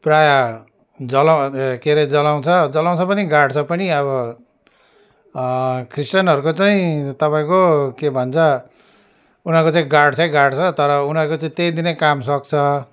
प्रायः जला के अरे जलाउँछ जलाउँछ पनि गाढ्छ पनि अब ख्रिस्टियनहरूको चाहिँ तपाईँको के भन्छ उनीहरूको चाहिँ गाडछै गाडछ तर उनीहरूको चाहिँ त्यही दिन नै काम सक्छ